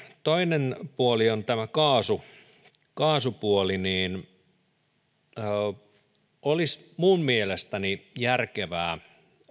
toinen puoli on tämä kaasupuoli olisi minun mielestäni järkevää